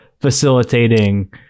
facilitating